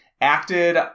acted